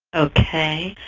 okay.